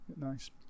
nice